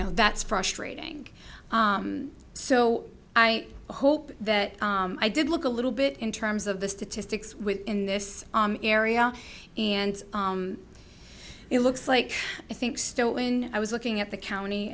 know that's frustrating so i hope that i did look a little bit in terms of the statistics within this area and it looks like i think still when i was looking at the county